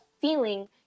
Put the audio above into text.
feeling